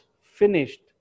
finished